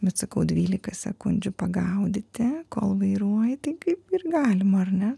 bet sakau dvylika sekundžių pagaudyti kol vairuoji tai kaip ir galima ar ne